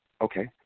Okay